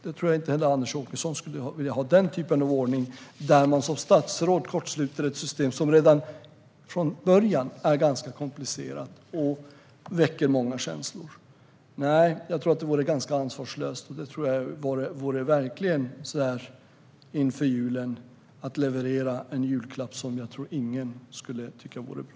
Jag tror inte att Anders Åkesson heller vill ha en sådan ordning där ett statsråd kortsluter ett system som redan från början är ganska komplicerat och som väcker många känslor. Nej, jag tror att det vore ganska ansvarslöst. Så här inför julen tror jag verkligen att det vore att leverera en julklapp som ingen skulle tycka vore bra.